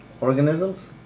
organisms